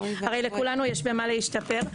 הרי לכולנו יש במה להשתפר,